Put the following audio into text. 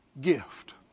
gift